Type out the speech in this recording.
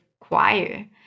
choir